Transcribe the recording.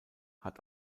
hat